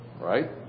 right